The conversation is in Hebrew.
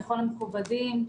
לכל המכובדים,